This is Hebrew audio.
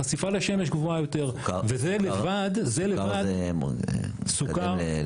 החשיפה לשמש גבוהה יותר וזה לבד --- זה מעודד לסרטן?